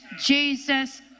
Jesus